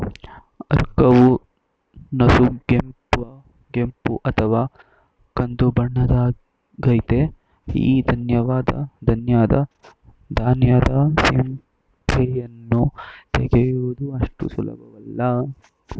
ಆರ್ಕವು ನಸುಗೆಂಪು ಅಥವಾ ಕಂದುಬಣ್ಣದ್ದಾಗಯ್ತೆ ಈ ಧಾನ್ಯದ ಸಿಪ್ಪೆಯನ್ನು ತೆಗೆಯುವುದು ಅಷ್ಟು ಸುಲಭವಲ್ಲ